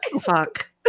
Fuck